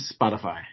Spotify